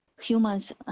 humans